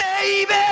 baby